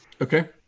Okay